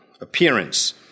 Appearance